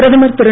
பிரதமர் திரு